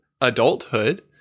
adulthood